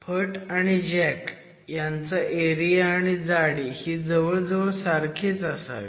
फट आणि जॅक यांचा एरिया आणि जाडी ही जवळजवळ सारखीच असावी